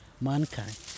mankind